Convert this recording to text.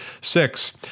six